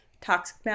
toxic